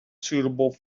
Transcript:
suitable